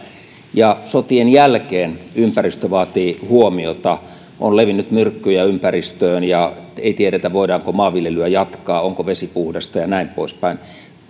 ja sotien jälkeen ympäristö vaatii huomiota on levinnyt myrkkyjä ympäristöön ja ei tiedetä voidaanko maanviljelyä jatkaa onko vesi puhdasta ja näin poispäin